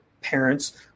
parents